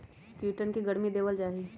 कीटवन के गर्मी देवल जाहई